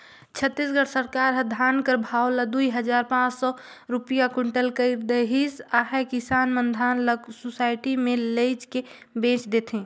छत्तीसगढ़ सरकार ह धान कर भाव ल दुई हजार पाच सव रूपिया कुटल कइर देहिस अहे किसान मन धान ल सुसइटी मे लेइजके बेच देथे